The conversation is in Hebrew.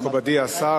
מכובדי השר,